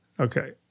okay